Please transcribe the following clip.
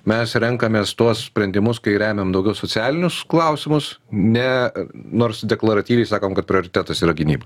mes renkamės tuos sprendimus kai remiam daugiau socialinius klausimus ne nors deklaratyviai sakom kad prioritetas yra gynyba